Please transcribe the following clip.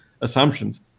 assumptions